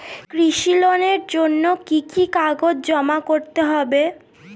কৃষি লোনের জন্য কি কি কাগজ জমা করতে হবে?